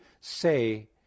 say